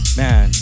man